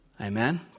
Amen